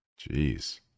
Jeez